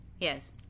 Yes